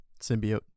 Symbiote